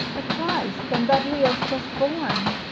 the christ, and that he is just born.